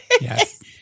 Yes